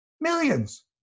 Millions